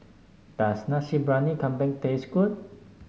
does Nasi Briyani Kambing taste good